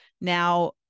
Now